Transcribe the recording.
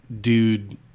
dude